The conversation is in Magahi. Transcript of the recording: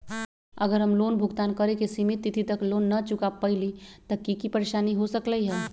अगर हम लोन भुगतान करे के सिमित तिथि तक लोन न चुका पईली त की की परेशानी हो सकलई ह?